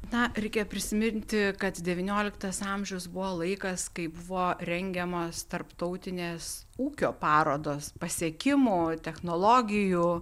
na reikėjo prisiminti kad devynioliktas amžius buvo laikas kai buvo rengiamos tarptautinės ūkio parodos pasiekimų technologijų